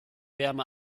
wärme